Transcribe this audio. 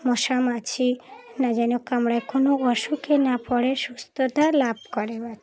মশা মাছি না যেন কামড়ায় কোনো অসুখে না পড়ে সুস্থতা লাভ করে বা